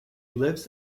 lives